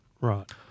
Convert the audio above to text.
Right